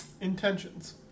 intentions